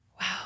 Wow